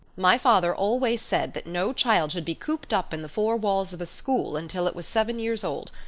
my father always said that no child should be cooped up in the four walls of a school until it was seven years old,